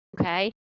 okay